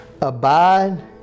abide